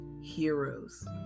heroes